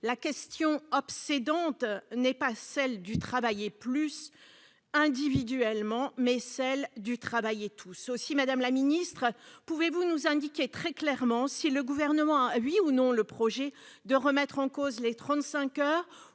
La question obsédante n'est donc pas celle du « travailler plus » individuellement, mais celle du « travailler tous ». Aussi, madame la ministre, pouvez-vous nous indiquer très clairement si le Gouvernement a, oui ou non, le projet de remettre en cause les 35 heures ?